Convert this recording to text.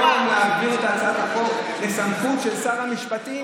ואת מתקנת היום להעביר את הצעת החוק לסמכות של שר המשפטים,